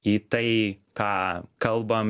į tai ką kalbam